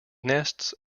nests